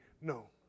No